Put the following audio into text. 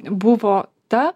buvo ta